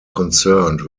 concerned